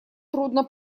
трудно